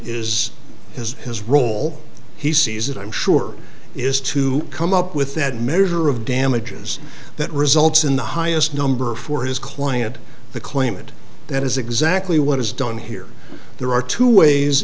has his role he sees it i'm sure is to come up with that measure of damages that results in the highest number for his client the claimant that is exactly what is done here there are two ways